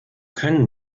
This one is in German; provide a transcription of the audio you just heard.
können